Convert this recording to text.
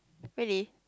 really